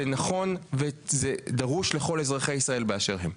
זה נכון ודרוש לכל אזרחי ישראל באשר הם.